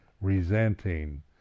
resenting